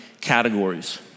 categories